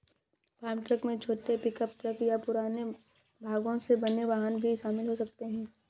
farm truck में छोटे pickup truck या पुराने भागों से बने वाहन भी शामिल हो सकते हैं